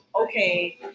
okay